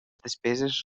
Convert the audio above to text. despeses